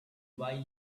buy